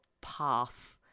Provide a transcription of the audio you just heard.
path